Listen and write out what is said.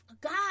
god